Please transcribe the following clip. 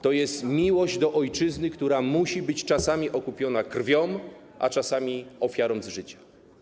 To jest miłość do ojczyzny, która musi być czasami okupiona krwią, a czasami ofiarą z życia.